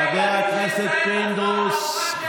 חבר הכנסת פינדרוס,